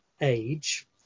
age